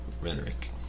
rhetoric